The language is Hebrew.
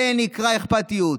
זה נקרא אכפתיות.